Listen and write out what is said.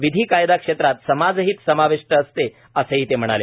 विधी कायदा क्षेत्रात समाजहित समाविष्ट असते असंही ते म्हणाले